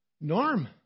Norm